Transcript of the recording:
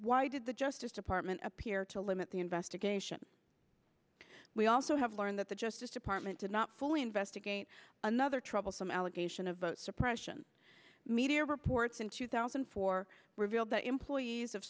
why did the justice department appear to limit the investigation we also have learned that the justice department did not fully investigate another troublesome allegation of suppression media reports in two thousand and four revealed that employees of